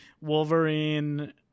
Wolverine